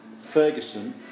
ferguson